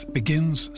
begins